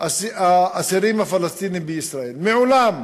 האסירים הפלסטינים בישראל מעולם